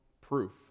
proof